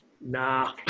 Nah